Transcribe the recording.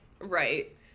right